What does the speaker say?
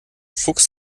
fuchs